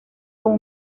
con